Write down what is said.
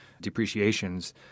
depreciations